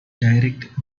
direct